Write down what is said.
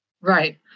right